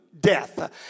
death